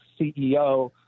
CEO